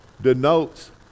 denotes